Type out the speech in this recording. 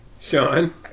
Sean